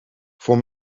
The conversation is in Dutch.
voor